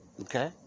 Okay